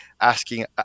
asking